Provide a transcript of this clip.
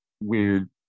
weird